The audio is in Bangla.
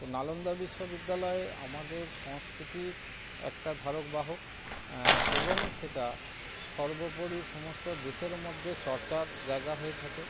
তো নালন্দা বিশ্ববিদ্যালয় আমাদের সংস্কৃতির একটা ধারক বাহক এবং সেটা সর্বোপরি সমস্ত দেশের মধ্যে চর্চার জায়গা হয়ে থাকে